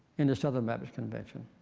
in the southern baptist convention.